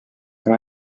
aga